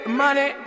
money